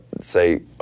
say